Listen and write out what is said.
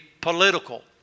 political